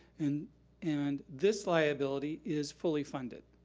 and and this liability is fully funded.